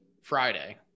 Friday –